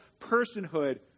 personhood